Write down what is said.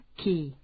key